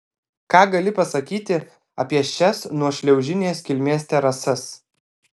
ką gali pasakyti apie šias nuošliaužinės kilmės terasas